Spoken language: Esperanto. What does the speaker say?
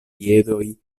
piedoj